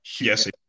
Yes